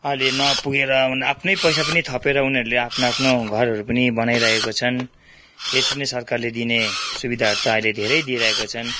अलिक नपुगेर उन् आफ्नै पैसा पनि थपेर उनीहरूले आफ्नो आफ्नो घरहरू पनि बनाइरहेका छन् यसरी नै सरकारले दिने सुविधाहरू त अहिले धेरै दिइरहेका छन्